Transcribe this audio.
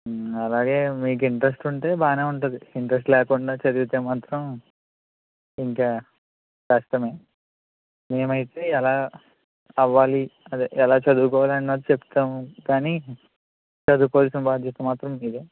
అలాగే మీకు ఇంటరెస్ట్ ఉంటే బాగానే ఉంటది ఇంటరెస్ట్ లేకుండా చదివితే మాత్రం ఇంకా కష్టమే మేము అయితే ఎలా అవ్వాలి అదే ఎలా చదువుకోవాలి అన్నది చెప్తాము కానీ చదువుకోవాల్సిన బాధ్యత మాత్రం మీదే